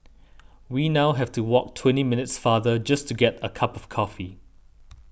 we now have to walk twenty minutes farther just to get a cup of coffee